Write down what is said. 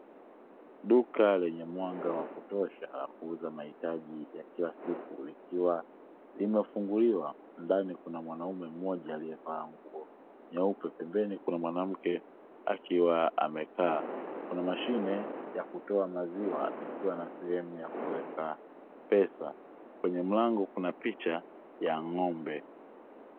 Duka lenye mwanga wa kutosha la kuuza mahitaji ya kila siku, likiwa limefunguliwa. Ndani kuna mwanaume mmoja aliyevaa nguo nyeupe, pembeni kuna mwanamke akiwa amekaa. Kuna mashine ya kutoa maziwa ikiwa na sehemu ya kuweka pesa. Kwenye mlango kuna picha ya ng'ombe.